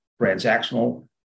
transactional